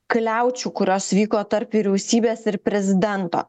kliaučių kurios vyko tarp vyriausybės ir prezidento